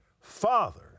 father